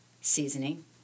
seasoning